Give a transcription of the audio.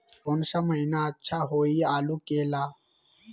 कौन सा महीना अच्छा होइ आलू के ला?